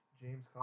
James